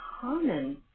common